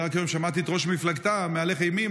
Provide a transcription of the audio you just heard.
רק היום שמעתי את ראש מפלגתה מהלך אימים